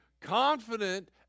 confident